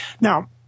now